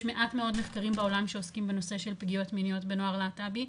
מעט מאוד מחקרים בעולם שעוסקים בנושא של פגיעות מיניות בנוער להט"בי,